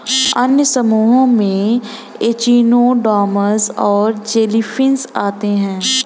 अन्य समूहों में एचिनोडर्म्स और जेलीफ़िश आते है